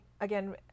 again